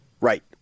Right